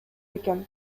экен